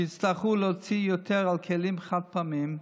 שיצטרכו להוציא יותר על כלים חד-פעמיים,